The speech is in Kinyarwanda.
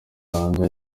rwanda